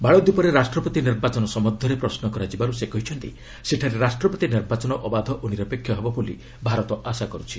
ମାଳଦ୍ୱୀପରେ ରାଷ୍ଟ୍ରପତି ନିର୍ବାଚନ ସମ୍ଭନ୍ଧରେ ପ୍ରଶ୍ନ କରାଯିବାରୁ ସେ କହିଛନ୍ତି ସେଠାରେ ରାଷ୍ଟ୍ରପତି ନିର୍ବାଚନ ଅବାଧ ଓ ନିରପେକ୍ଷ ହେବ ବୋଲି ଭାରତ ଆଶା କରୁଛି